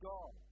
God